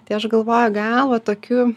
tai aš galvoju gal va tokiu